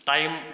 Time